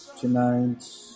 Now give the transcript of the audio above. Tonight